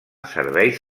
serveis